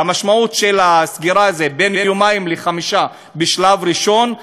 והמשמעות של הסגירה היא בין יומיים לחמישה ימים בשלב ראשון.